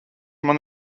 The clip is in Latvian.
man